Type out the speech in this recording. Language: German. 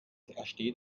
ersteht